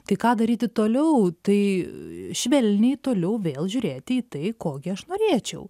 tai ką daryti toliau tai švelniai toliau vėl žiūrėti į tai ko gi aš norėčiau